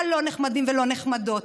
הלא-נחמדים והלא-נחמדות,